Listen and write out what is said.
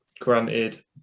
Granted